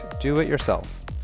Do-It-Yourself